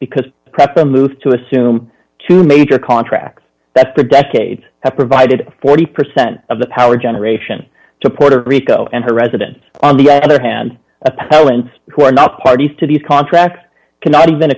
because the press the move to assume two major contracts that for decades have provided forty percent of the power generation to puerto rico and her residence on the other hand appellants who are not parties to these contracts cannot even